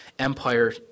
empire